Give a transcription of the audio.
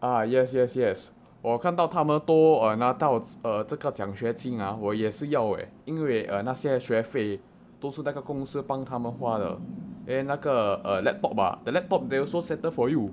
ah yes yes yes 我看到他们都拿到这个奖学金啊也是要为因为那些学费都是那个公司帮他们花的 err laptop ah the laptop they also settle for you